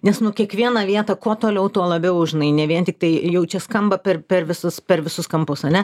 nes nu kiekvieną vietą kuo toliau tuo labiau žinai ne vien tiktai jau čia skamba per per visus per visus kampus ane